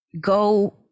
go